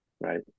right